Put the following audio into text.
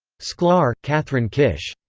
sklar, kathryn kish.